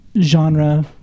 genre